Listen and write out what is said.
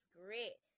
great